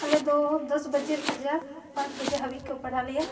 ᱟᱞᱮᱫᱚ ᱫᱚᱥ ᱵᱟᱡᱮ ᱠᱷᱚᱱᱟᱜ ᱯᱟᱸᱪ ᱵᱟᱡᱮ ᱦᱟᱹᱵᱤᱡᱠᱚ ᱯᱟᱲᱦᱟᱣ ᱞᱮᱭᱟ